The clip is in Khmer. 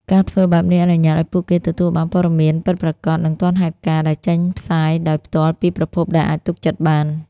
ការធ្វើបែបនេះអនុញ្ញាតឲ្យពួកគេទទួលបាន ព័ត៌មានពិតប្រាកដ និងទាន់ហេតុការណ៍ ដែលចេញផ្សាយដោយផ្ទាល់ពីប្រភពដែលអាចទុកចិត្តបាន។